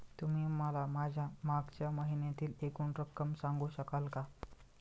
तुम्ही मला माझ्या मागच्या महिन्यातील एकूण रक्कम सांगू शकाल का?